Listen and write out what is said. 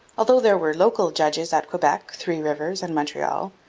although there were local judges at quebec, three rivers, and montreal,